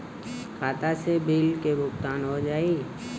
खाता से बिल के भुगतान हो जाई?